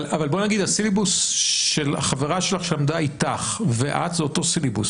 אבל הסילבוס של החברה שלך שלמדה איתך ואת זה אותו סילבוס,